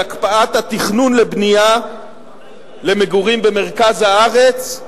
הקפאת התכנון לבנייה למגורים במרכז הארץ,